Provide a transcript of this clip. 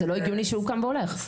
זה לא הגיוני שהוא קם והולך.